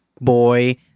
boy